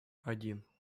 один